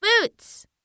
Boots